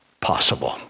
possible